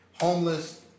homeless